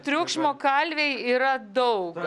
triukšmo kalvėj yra daug